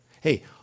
Hey